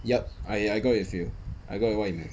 yup I I got with you I got what you meant